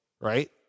right